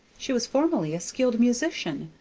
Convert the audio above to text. she was formerly a skilful musician,